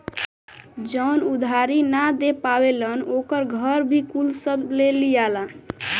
जवन उधारी ना दे पावेलन ओकर घर भी कुल सब ले लियाला